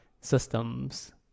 systems